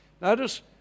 Notice